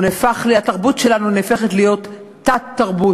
כאשר התרבות שלנו נהפכת להיות תת-תרבות.